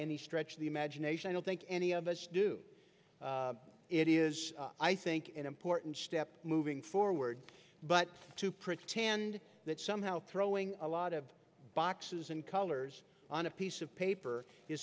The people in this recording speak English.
any stretch of the imagination i don't think any of us do it is i think an important step moving forward but to pretend that somehow throwing a lot of boxes and colors on a piece of paper